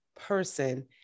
person